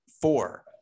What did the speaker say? four